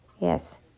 Yes